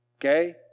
Okay